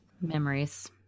memories